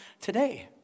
today